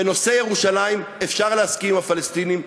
בנושא ירושלים אפשר להסכים עם הפלסטינים,